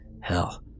hell